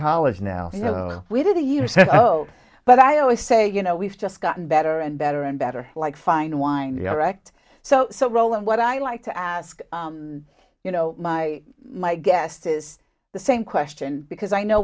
college now you know we did a year or so but i always say you know we've just gotten better and better and better like fine wine direct so so roland what i'd like to ask you know my my guest is the same question because i know